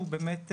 הוא באמת,